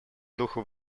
духу